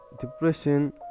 depression